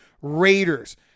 Raiders